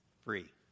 free